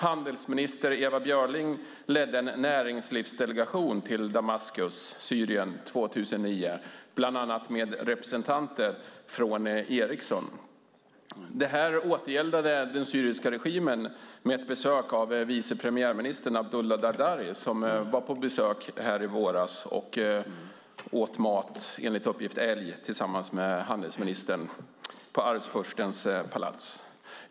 Handelsminister Ewa Björling ledde en näringslivsdelegation till Damaskus i Syrien 2009, bland annat med representanter från Ericsson. Detta återgäldade den syriska regimen med ett besök av vice premiärminister Abdullah al-Dardari, som var på besök här i våras och åt mat - enligt uppgift älg - tillsammans med handelsministern i Arvfurstens palats.